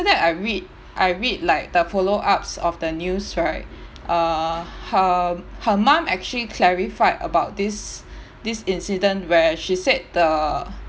that I read I read like the follow ups of the news right uh her her mum actually clarified about this this incident where she said the